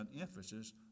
emphasis